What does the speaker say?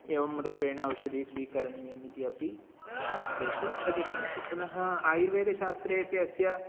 एवं रूपेण ओषधिं स्वीकरणीयम् इति अपि शास्त्रेषु कथितमस्ति पुनः आयुर्वेदशास्त्रे अपि अस्य